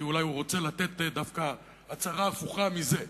כי אולי הוא רוצה לתת דווקא הצהרה הפוכה מזה.